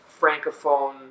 francophone